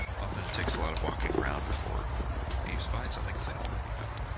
often it takes a lot of walking around before you find something because they don't want to be found.